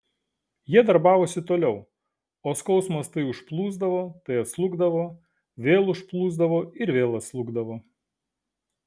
jie darbavosi toliau o skausmas tai užplūsdavo tai atslūgdavo vėl užplūsdavo ir vėl atslūgdavo